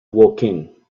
woking